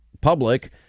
public